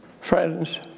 Friends